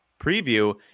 preview